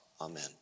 amen